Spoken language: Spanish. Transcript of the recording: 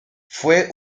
fue